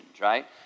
right